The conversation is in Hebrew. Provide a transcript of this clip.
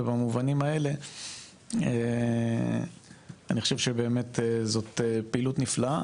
ובמובנים האלה אני חושב שזו באמת פעילות נפלאה,